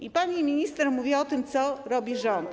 I pani minister mówiła o tym, co robi rząd.